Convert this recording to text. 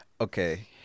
Okay